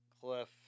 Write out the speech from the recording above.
Cliff